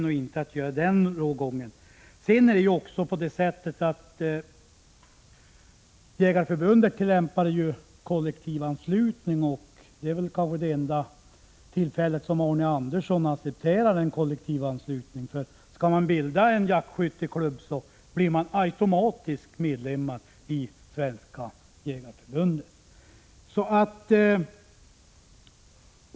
Vidare är det ju på det sättet att Jägareförbundet tillämpar kollektivanslutning — detta är väl det enda tillfälle då Arne Andersson accepterar kollektivanslutning. Skall man bilda en jaktskytteklubb blir man nämligen automatiskt medlem i Svenska jägareförbundet.